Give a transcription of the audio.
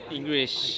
English